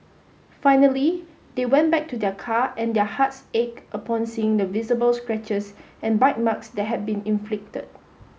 finally they went back to their car and their hearts ached upon seeing the visible scratches and bite marks that had been inflicted